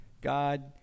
God